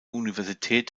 universität